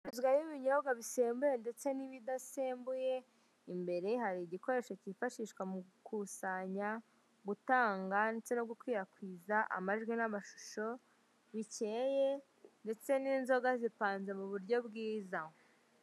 Ibinyobwa bisembuye ndetse n'ibidasenbuye, imbere hari ikoresho kifashishwa mu gukusanya, gutanga ndetse no gukwirakwiza amajwi n'amashusho, bikeye ndetse n'inzoga zipanze mu buryo bwiza.